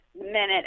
minute